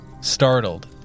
Startled